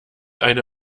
eine